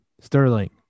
Sterling